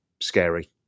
scary